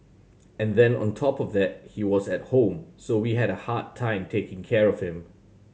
and then on top of that he was at home so we had a hard time taking care of him